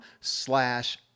slash